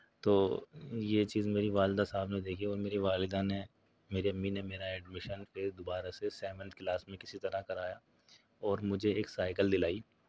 تو یہ چیز میری والدہ صاحب نے دیکھی اور میری والدہ نے میری امی نے میرا ایڈمیشن پھر دوبارہ سے سیونتھ کلاس میں کسی طرح کرایا اور مجھے ایک سائیکل دلائی